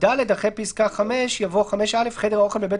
אחרי פסקה (5) יבוא: "(5א) חדר אוכל בבית